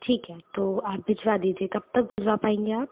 ठीक है तो आप भिजवा दीजिए कब तक भिजवा पाएंगे आप